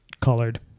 colored